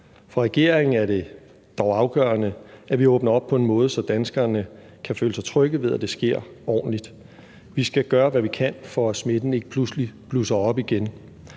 For regeringen er det dog afgørende, at vi åbner op på en måde, så danskerne kan føle sig trygge ved, at det sker ordentligt. Vi skal gøre, hvad vi kan, for, at smitten ikke pludselig blusser op igen.